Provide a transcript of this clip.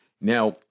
Now